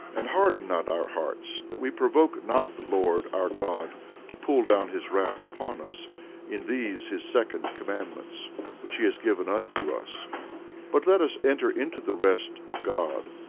and harden not our hearts, that we provoke not the lord our god to pull down his wrath upon us in these his second commandments which he has given unto us but let us enter into the rest of god,